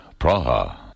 Praha